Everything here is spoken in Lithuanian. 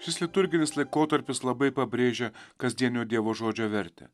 šis liturginis laikotarpis labai pabrėžia kasdienio dievo žodžio vertę